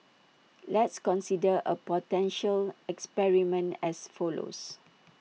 let's consider A potential experiment as follows